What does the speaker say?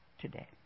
today